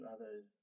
others